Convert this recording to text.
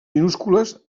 minúscules